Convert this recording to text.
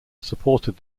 supported